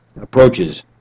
approaches